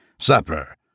supper